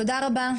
תודה רבה.